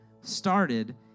started